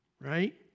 Right